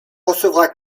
recevra